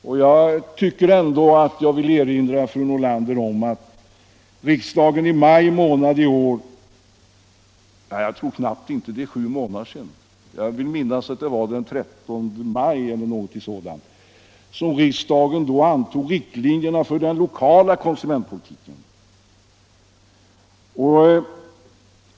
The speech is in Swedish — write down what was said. Men jag vill ändå erinra fru Nordlander om att riksdagen den 14 maj i år — alltså för knappt sju månader sedan —- antog riktlinjerna för den lokala konsumentpolitiken.